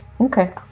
Okay